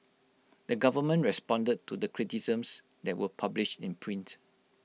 the government responded to the criticisms that were published in print